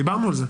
דיברנו על זה.